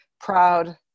proud